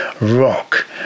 rock